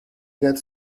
get